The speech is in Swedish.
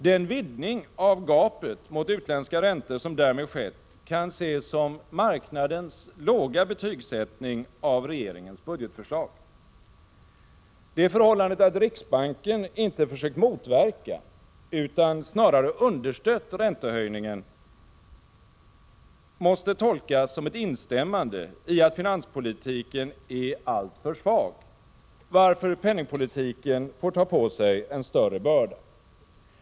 Den vidgning av gapet mot utländska räntor som därmed skett kan ses som marknadens låga betygsättning av regeringens budgetförslag. Det förhållandet att riksbanken inte försökt motverka utan snarare understött räntehöjningen måste tolkas som ett instämmande i att finanspolitiken är alltför svag, varför penningpolitiken får ta på sig en större börda.